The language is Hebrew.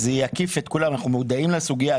זה יקיף את כולם, אנחנו מודעים לסוגייה.